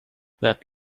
that